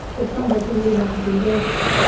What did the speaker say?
it sounds like you really want to do this,